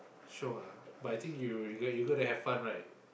sure ah but I think you you you gonna have fun right